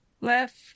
left